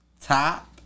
Top